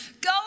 go